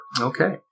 Okay